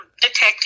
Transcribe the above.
detective